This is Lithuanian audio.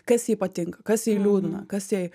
kas jai patinka kas jai liūdna kas jai